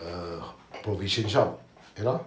a provision shop ya lor